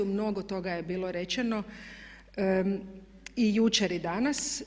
Mnogo toga je bilo rečeno i jučer i danas.